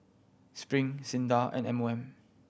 Spring SINDA and M O M